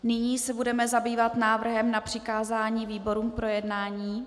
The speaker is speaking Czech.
Nyní se budeme zabývat návrhem na přikázání výborům k projednání.